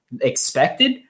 expected